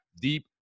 deep